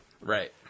Right